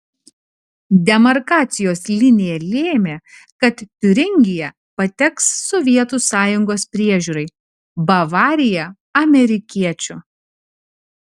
demarkacijos linija lėmė kad tiuringija pateks sovietų sąjungos priežiūrai bavarija amerikiečių